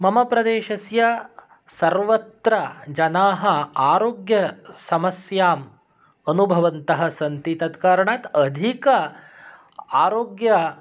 मम प्रदेशस्य सर्वत्र जनाः आरोग्यसमस्याम् अनुभवन्तः सन्ति तत्कारणात् अधिक आरोग्य